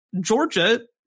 Georgia